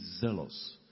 zealous